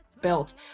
built